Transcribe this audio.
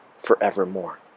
forevermore